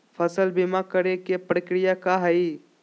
फसल बीमा करे के प्रक्रिया का हई?